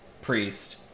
priest